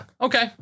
okay